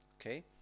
Okay